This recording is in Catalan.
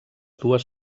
dues